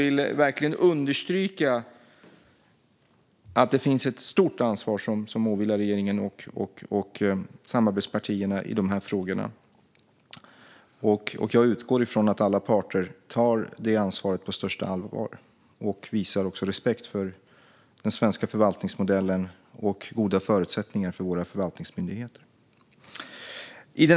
Låt mig understryka att det är ett stort ansvar som åvilar regeringen och samarbetspartierna i dessa frågor, och jag utgår från att alla parter tar detta ansvar på största allvar, visar respekt för den svenska förvaltningsmodellen och vill ge våra förvaltningsmyndigheter goda förutsättningar.